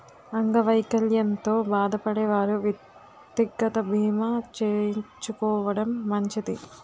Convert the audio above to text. అంగవైకల్యంతో బాధపడే వారు వ్యక్తిగత బీమా చేయించుకోవడం మంచిది